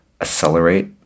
accelerate